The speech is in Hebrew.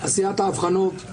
תעשו את מה שאתם צריכים לעשות.